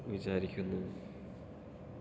വിചാരിക്കുന്നു